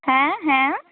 ᱦᱮᱸ ᱦᱮᱸ